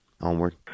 Onward